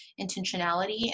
intentionality